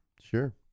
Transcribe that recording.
Sure